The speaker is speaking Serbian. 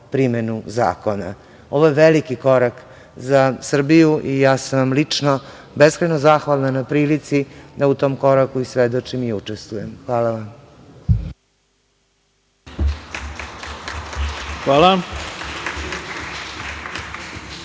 primenu zakona. Ovo je veliki korak za Srbiju i ja sam lično beskrajno zahvalna na prilici da u tom koraku i svedočim i učestvujem. Hvala vam. **Ivica